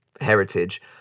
heritage